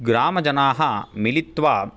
ग्रामजनाः मिलित्वा